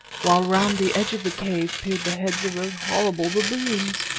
while round the edge of the cave peered the heads of those horrible baboons.